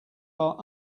are